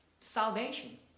salvation